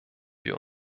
wir